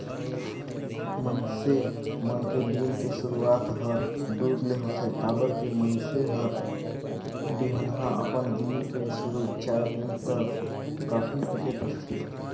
मइनसे मन के दिन के सुरूआत हर दूद ले होथे काबर की मइनसे हर बिहनहा अपन दिन के सुरू चाय नइ त कॉफी पीके करथे